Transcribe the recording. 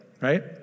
right